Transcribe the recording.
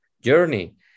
journey